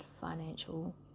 financial